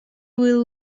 will